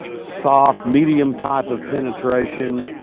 soft, medium type of penetration.